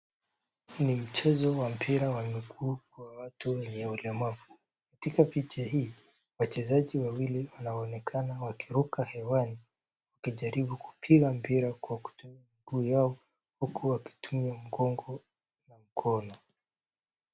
Huu ni mchezo wa mpira wa miguu wa watu walio walemavu. Katika picha hii, wachezaji wawili wanaonekana wakiruka hewani wakijaribu kupiga mpira kwa kutumia miguu yao huku wakitumia magongo kwa mkono.